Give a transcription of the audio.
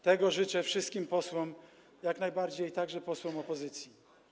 Tego życzę wszystkim posłom, jak najbardziej także posłom opozycji.